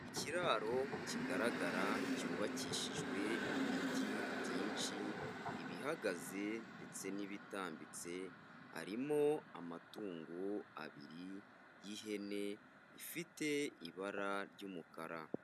Ikiraro kigaragara cyubakishijwe ibiti byinshi ibihagaze ndetse n'ibitambitse harimo amatungo abiri y'ihene ifite ibara ry'umukara.